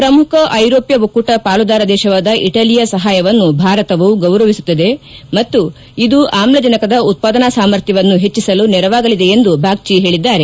ಪ್ರಮುಖ ಐರೋಷ್ತ ಒಕ್ಕೂಟ ಪಾಲುದಾರ ದೇಶವಾದ ಇಟಲಿಯ ಸಹಾಯವನ್ನು ಭಾರತವು ಗೌರವಿಸುತ್ತದೆ ಮತ್ತು ಇದು ಆಮ್ಲಜನಕದ ಉತ್ತಾದನಾ ಸಾಮರ್ಥ್ಯವನ್ನು ಹೆಚ್ಚಿಸಲು ನೆರವಾಗಲಿದೆ ಎಂದು ಬಾಗ್ನಿ ಹೇಳಿದ್ದಾರೆ